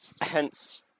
Hence